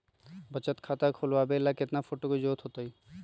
बचत खाता खोलबाबे ला केतना फोटो के जरूरत होतई?